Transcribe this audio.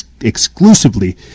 exclusively